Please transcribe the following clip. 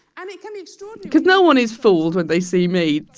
and it can be. cause no one is fooled when they see me.